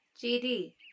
GD